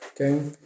Okay